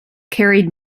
carried